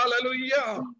Hallelujah